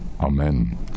Amen